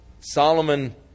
Solomon